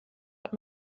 hat